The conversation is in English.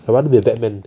I want to be a bad man